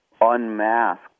unmask